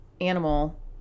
Animal